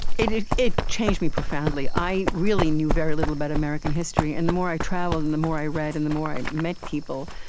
it it changed me profoundly. i really knew very little about american history. and the more i traveled and the more i read and the more i met people,